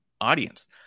audience